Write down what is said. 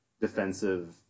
defensive